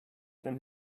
than